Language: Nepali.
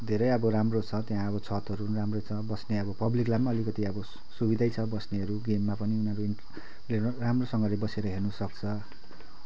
धेरै अब राम्रो छ त्यहाँ अब छतहरू राम्रो छ बस्ने पब्लिकलाई पनि अलिकति अब सुविधै छ बस्नेहरू गेममा पनि उनीहरू राम्रोसँगले बसेर हेर्नु सक्छ